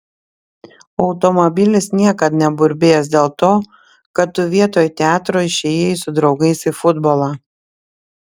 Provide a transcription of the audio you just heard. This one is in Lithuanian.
automobilis niekad neburbės dėl to kad tu vietoj teatro išėjai su draugais į futbolą